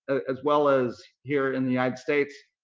as well as here in the united states,